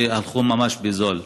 שהלכו ממש בזול.